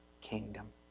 kingdom